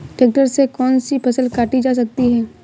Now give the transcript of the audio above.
Tractor से कौन सी फसल काटी जा सकती हैं?